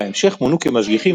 בהמשך מונו כמשגיחים,